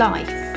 Life